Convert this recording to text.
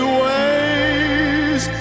ways